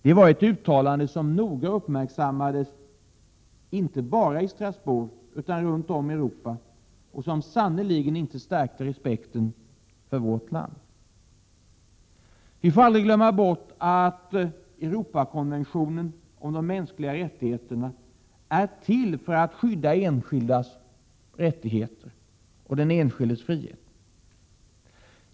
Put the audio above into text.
Det var ett uttalande som noga uppmärksammades, inte bara i Strasbourg utan runt om i Europa, och som sannerligen inte stärkte respekten för vårt land. Vi får aldrig glömma bort att Europakonventionen om de mänskliga rättigheterna är till för att skydda enskildas rättigheter och frihet.